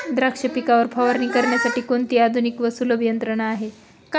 द्राक्ष पिकावर फवारणी करण्यासाठी कोणती आधुनिक व सुलभ यंत्रणा आहे?